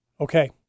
okay